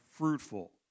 fruitful